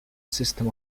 system